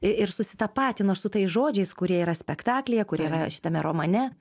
ir susitapatinu aš su tais žodžiais kurie yra spektaklyje kurie yra šitame romane